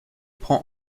prend